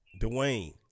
Dwayne